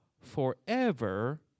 forever